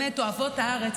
אוהבות הארץ,